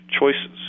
choices